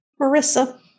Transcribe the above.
Marissa